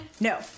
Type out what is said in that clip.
No